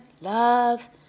love